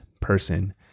person